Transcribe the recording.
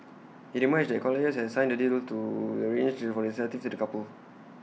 IT emerged that colliers had signed the deal to arrange for the incentive to the couple